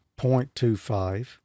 0.25